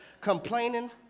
complaining